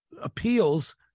appeals